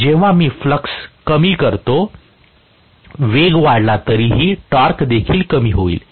जेव्हा मी फ्लक्स कमी करतो वेग वाढला तरीही टॉर्क देखील कमी होईल